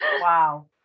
Wow